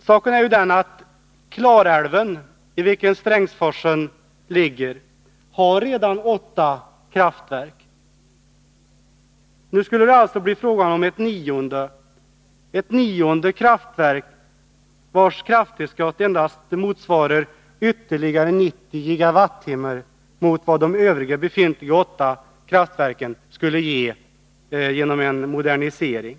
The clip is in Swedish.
Saken är den att Klarälven, i vilken Strängsforsen ligger, redan har åtta kraftverk. Nu skulle det alltså bli fråga om ett nionde kraftverk, vars krafttillskott endast motsvarar ytterligare 90 GWh av vad de övriga befintliga kraftverken skulle ge genom en modernisering.